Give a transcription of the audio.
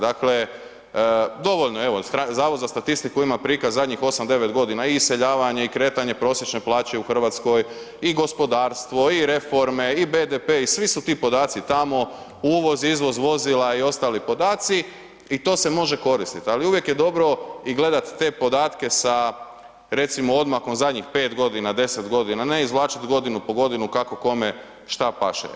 Dakle, dovoljno je evo, Zavod za statistiku ima prikaz zadnjih 8, 9 godina i iseljavanje i kretanje prosječne plaće u Hrvatskoj i gospodarstvo i reforme i BDP i svi su ti podaci tamo, uvoz, izvoz vozila i ostali podaci i to se može koristiti, ali uvijek je dobro i gledat te podatke sa recimo odmakom zadnjih 5 godina, 10 godina, ne izvlačiti godinu po godinu kako kome što paše.